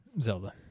Zelda